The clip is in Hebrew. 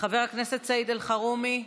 חבר הכנסת סעיד אלחרומי,